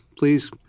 Please